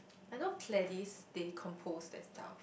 I know Pledis they compose that style